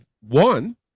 one